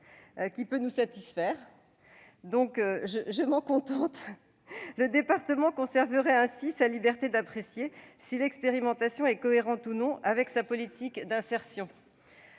qui peut nous satisfaire- je m'en contenterai donc-, le département conservant ainsi sa liberté d'apprécier si l'expérimentation est cohérente ou non avec sa politique d'insertion.